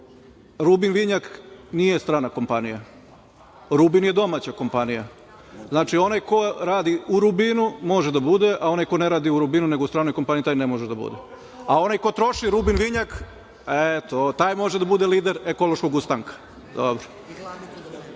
"Rubin" vinjak nije strana kompanija, to je domaća kompanija. Znači, onaj ko radi u "Rubinu", može da bude, a onaj ko ne radi u "Rubinu" nego u stranoj kompaniji, taj ne može da bude. A onaj ko troši "Rubin" vinjak, e, taj može da bude lider Ekološkog ustanka. I